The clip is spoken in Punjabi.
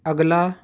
ਅਗਲਾ